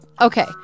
Okay